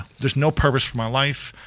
there's no purpose for my life,